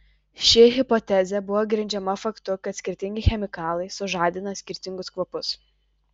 ši hipotezė buvo grindžiama faktu kad skirtingi chemikalai sužadina skirtingus kvapus